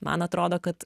man atrodo kad